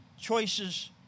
choices